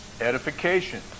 Edification